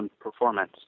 performance